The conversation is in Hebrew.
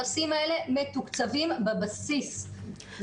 הנושאים האלה מתוקצבים בבסיס.